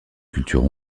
culture